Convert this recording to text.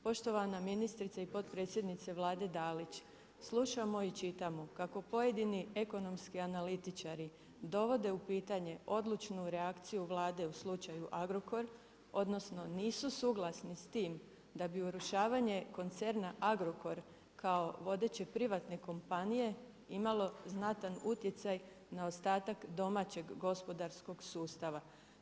Poštovana ministrice i potpredsjednice Vlade Dalić slušamo i čitamo, kako pojedini ekonomski analitičari, dovode u pitanje, odlučnu reakcije Vlade u slučaju Agrokor, odnosno, nisu suglasni s tim da bi urušavanje koncerna Agrokor, kao vodeće privatne kompanije, imalo znatan utjecaj na ostatak domaćeg gospodarskog sustava.